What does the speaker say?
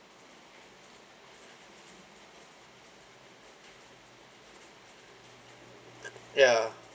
ya